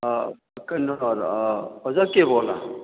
ꯑꯥ ꯀꯩꯅꯣꯔꯥ ꯑꯣꯖꯥ ꯀꯦꯕꯣꯜꯂꯥ